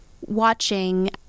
watching